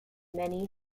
many